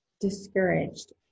discouraged